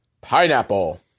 Pineapple